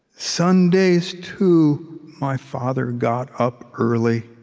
sundays too my father got up early